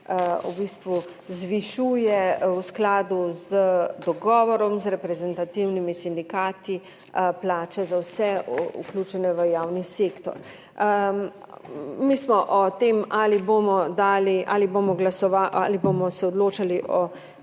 v bistvu zvišuje v skladu z dogovorom z reprezentativnimi sindikati plače za vse vključene v javni sektor. Mi smo o tem, ali bomo odločali o